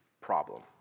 problem